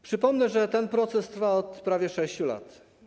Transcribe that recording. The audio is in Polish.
Przypomnę, że ten proces trwa od prawie 6 lat.